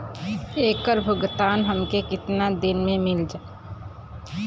ऐकर भुगतान हमके कितना दिन में मील जाई?